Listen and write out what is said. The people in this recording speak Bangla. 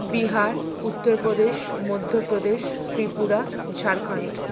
বিহার উত্তর প্রদেশ মধ্য প্রদেশ ত্রিপুরা ঝাড়খন্ড